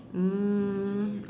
um